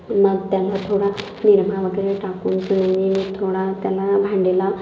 मग त्याला थोडा निरमा वगैरे टाकूनसनी मी थोडा त्याला भांडेला